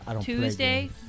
Tuesday